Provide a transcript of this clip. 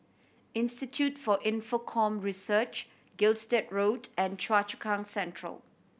institute for Infocomm Research Gilstead Road and Choa Chu Kang Central